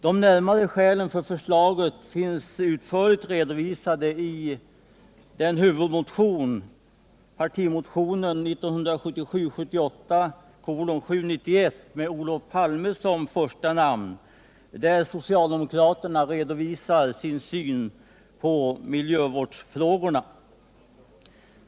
De närmare skälen för förslaget finns utförligt redovisade i partimotionen 1977/ 78:791 med Olof Palme som första namn, där socialdemokraterna redovisar sin syn på miljövårdsfrågorna.